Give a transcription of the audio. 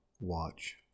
watch